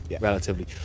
relatively